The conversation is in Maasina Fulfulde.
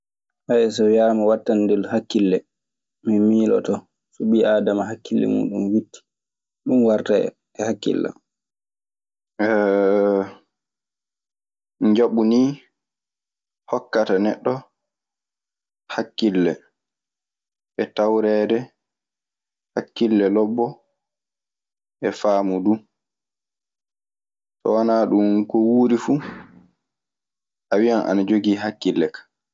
Haya so wiyaama watande hakkille, mi miiloto so ɓi aadama hakkille mun witti. Ɗun warta e hakkillam. Njaɓu nii hokkata neɗɗo heɓde hakkille e tawreede hakkille lobbo e faamu du. So wanaa ɗun, ko wuuri fu a wiyan ana jogii hakkille ka.